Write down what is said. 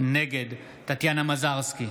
נגד טטיאנה מזרסקי,